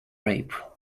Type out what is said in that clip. rape